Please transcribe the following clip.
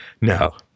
No